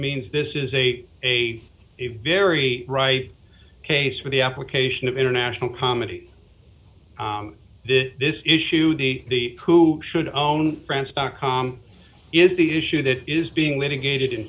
mean this is a a very right case for the application of international comedy this issue the who should own france dot com is the issue that is being litigated in